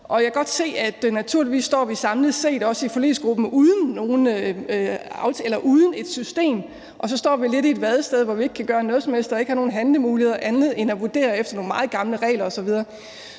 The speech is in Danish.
Jeg kan godt se, at naturligvis står vi samlet set, også i forligsgruppen, uden et system og så står lidt i et vadested, hvor vi ikke kan gøre noget som helst og ikke har nogen handlemuligheder andet end at vurdere efter nogle meget gamle regler osv.